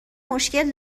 مشکل